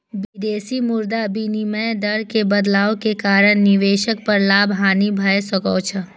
विदेशी मुद्रा विनिमय दर मे बदलाव के कारण निवेश पर लाभ, हानि भए सकै छै